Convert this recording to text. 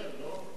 אתה אחרון.